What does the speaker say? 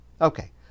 Okay